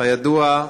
כידוע,